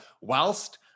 whilst